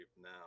now